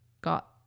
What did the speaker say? got